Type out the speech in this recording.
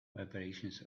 vibrations